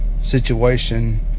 situation